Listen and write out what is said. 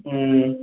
ம்